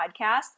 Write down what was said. podcast